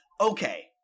okay